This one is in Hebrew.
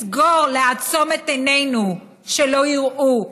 לעצום את עינינו שלא יראו,